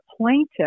plaintiff